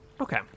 okay